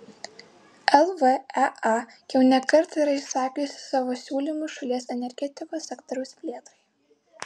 lvea jau ne kartą yra išsakiusi savo siūlymus šalies energetikos sektoriaus plėtrai